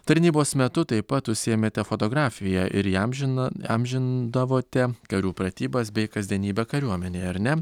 tarnybos metu taip pat užsiėmėte fotografija ir įamžino įamžindavote karių pratybas bei kasdienybę kariuomenėje ar ne